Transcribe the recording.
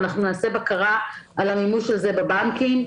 ואנחנו נעשה בקרה על המימוש של זה בבנקים.